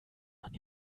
man